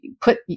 put